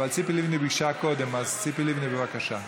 אבל ציפי לבני ביקשה קודם, אז ציפי לבני, בבקשה,